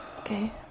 Okay